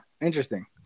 interesting